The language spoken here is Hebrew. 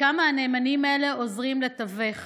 וכמה הנאמנים האלה עוזרים לתווך.